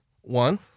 One